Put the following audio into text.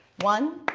one,